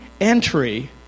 entry